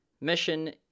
mission